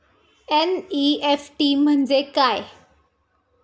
NEFT म्हणजे काय?